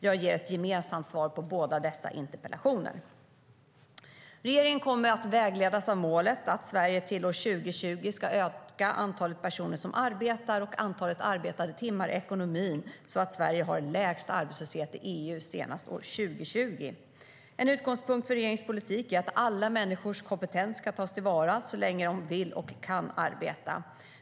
Jag ger ett gemensamt svar på båda dessa interpellationer. Regeringen kommer att vägledas av målet att Sverige till år 2020 ska öka antalet personer som arbetar och antalet arbetade timmar i ekonomin så att Sverige har lägst arbetslöshet i EU senast år 2020. En utgångspunkt för regeringens politik är att alla människors kompetens ska tas till vara så länge de vill och kan arbeta.